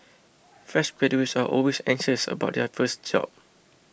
fresh graduates are always anxious about their first job